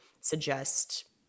suggest